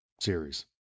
series